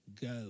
go